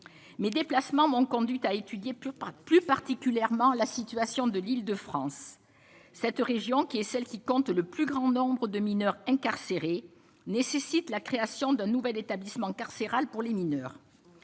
mes déplacements m'ont conduite à étudier plus pas plus particulièrement la situation de l'Île-de-France, cette région qui est celle qui compte le plus grand nombre de mineurs incarcérés nécessite la création d'un nouvel établissement carcéral pour les mineurs,